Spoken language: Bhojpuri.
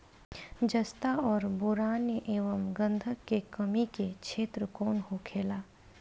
जस्ता और बोरान एंव गंधक के कमी के क्षेत्र कौन होखेला?